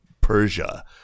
Persia